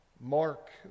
Mark